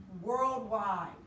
worldwide